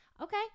Okay